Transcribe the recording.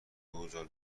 بگذار